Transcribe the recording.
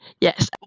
yes